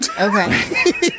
Okay